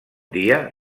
dia